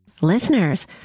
Listeners